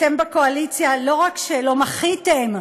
אתם בקואליציה, לא רק שלא מחיתם,